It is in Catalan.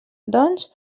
doncs